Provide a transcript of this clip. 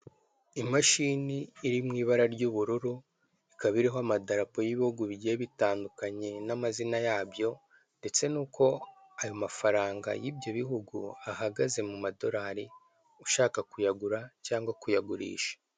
Imashini iri mu ibara ry'ubururu, ikaba iriho amadarapo y'ibihugu bigiye bitandukanye n'amazina yabyo ndetse n'uko ayo mafaranga y'ibyo bihugu ahagaze mu madorari ushaka kuyagura cyangwa kuyagurisha.